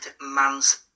man's